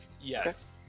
Yes